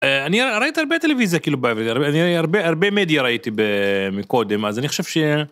אני ראיתי הרבה טלוויזיה כאילו, הרבה מדיה ראיתי מקודם, אז אני חושב ש...